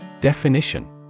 Definition